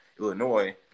Illinois